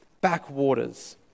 Backwaters